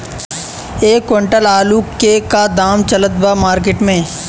एक क्विंटल आलू के का दाम चलत बा मार्केट मे?